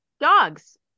dogs